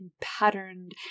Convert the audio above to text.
patterned